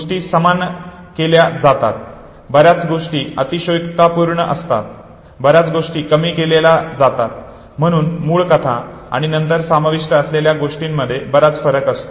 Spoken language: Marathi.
गोष्टी समान केल्या जातात बर्याच गोष्टी अतिशयोक्तीपुर्ण असतात बर्याच गोष्टी कमी केल्या जातात आणि म्हणून मूळ कथा आणि नंतर समाविष्ट असलेल्या गोष्टींमध्ये बराच फरक असतो